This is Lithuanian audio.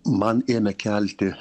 man ėmė kelti